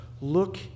Look